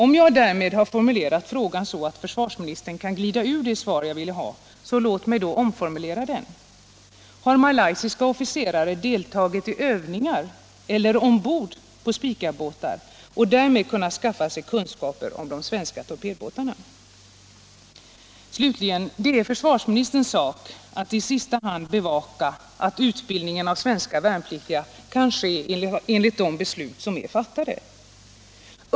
Om jag därmed har formulerat frågan så, att försvarsministern kan glida ur det svar jag ville ha, låt mig då formulera om den Har malaysiska officerare deltagit i övningar eller ombord på Spicabåtar och därmed kunnat skaffa sig kunskaper om de svenska torpedbåtarna? Det är försvarsministerns sak att i sista hand bevaka att utbildningen av svenska värnpliktiga kan ske enligt de beslut som är fattade.